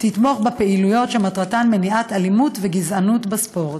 תתמוך בפעילויות שמטרתן מניעת אלימות וגזענות בספורט.